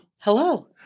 Hello